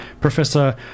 Professor